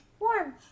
warm